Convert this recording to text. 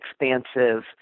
expansive